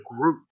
group